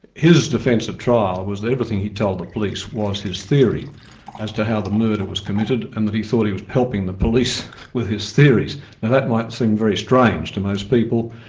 his defence at trial was everything he told the police was his theory as to how the murder was committed and that he thought he was helping the police with his theories. now that might seem very strange to most people,